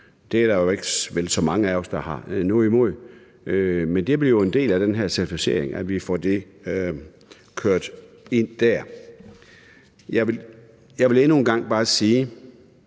det er der vel ikke så mange af os der har noget imod, men det bliver jo en del af den her certificering, at vi får det kørt ind der. Jeg vil endnu en gang bare sige